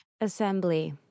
Assembly